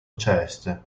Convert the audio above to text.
ceste